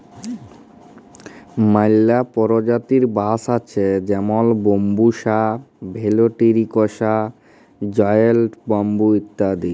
ম্যালা পরজাতির বাঁশ আছে যেমল ব্যাম্বুসা ভেলটিরিকসা, জায়েল্ট ব্যাম্বু ইত্যাদি